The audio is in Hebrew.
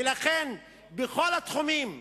לכן, בכל התחומים,